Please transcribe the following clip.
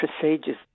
procedures